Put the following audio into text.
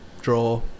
Draw